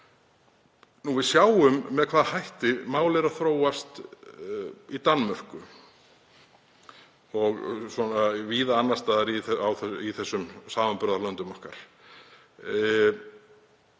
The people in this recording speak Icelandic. Við sjáum með hvaða hætti mál eru að þróast í Danmörku og víða annars staðar í samanburðarlöndum okkar.